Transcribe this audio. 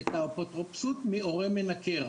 את האפוטרופסות מהורה שגורם לניכור.